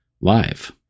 live